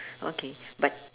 okay but